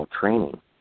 training